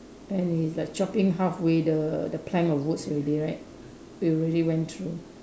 and is like chopping halfway the the plank of woods already right we already went through